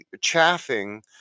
chaffing